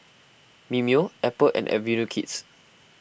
Mimeo Apple and Avenue Kids